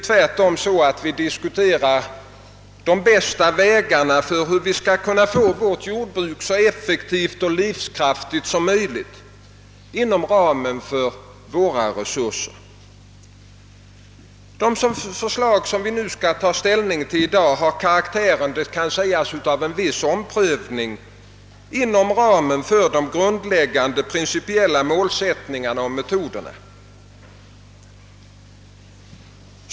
Tvärtom diskuterar vi de bästa vägarna för hur vi skall kunna få vårt jordbruk så effektivt och livskraftigt som möjligt inom ramen för våra resurser. De förslag vi i dag skall ta ställning till har karaktären av en viss omprövning inom ramen för de grundläggande principiella målsättningarna och metoderna.